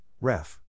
REF